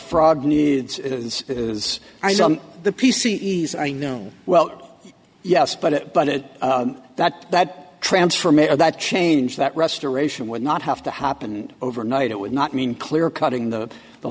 frog needs is the p c s i know well yes but it but it that that transformation that change that restoration would not have to happen overnight it would not mean clear cutting the the